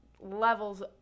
levels